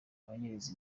abanyereza